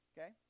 Okay